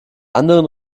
anderen